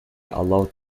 allowed